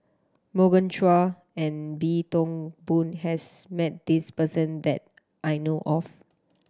Morgan Chua and Wee Toon Boon has met this person that I know of